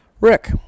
Rick